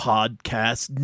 Podcast